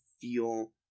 feel